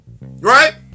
Right